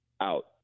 out